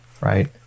right